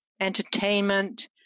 entertainment